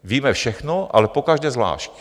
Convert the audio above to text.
Víme všechno, ale pokaždé zvlášť.